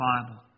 Bible